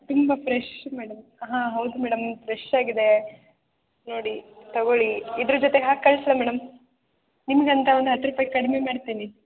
ತುಂಬ fresh madam ಹಾಂ ಹೌದು ಮೇಡಮ್ ಫ್ರೆಶ್ ಆಗಿದೆ ನೋಡಿ ತಗೊಳ್ಳಿ ಇದ್ರ ಜೊತೆಗೆ ಹಾಕಿ ಕಳಿಸ್ಲಾ ಮೇಡಮ್ ನಿಮಗಂತ ಒಂದು ಹತ್ತು ರೂಪಾಯಿ ಕಡ್ಮೆ ಮಾಡ್ತೀನಿ